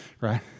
Right